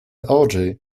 orgy